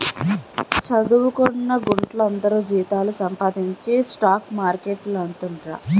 చదువుకొన్న గుంట్లందరూ జీతాలు సంపాదించి స్టాక్ మార్కెట్లేడతండ్రట